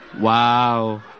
Wow